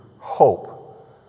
hope